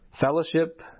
Fellowship